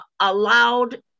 allowed